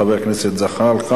חבר הכנסת זחאלקה,